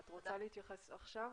את רוצה להתייחס עכשיו?